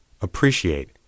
appreciate